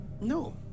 no